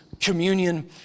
communion